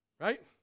Right